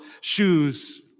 shoes